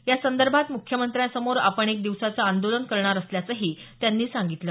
यासंदर्भात मुख्यमंत्र्यासमोर आपण एक दिवसाचं आंदोलन करणार असल्याचंही त्यांनी सांगितलं